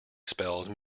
spelled